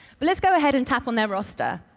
but let's go ahead and tap on their roster.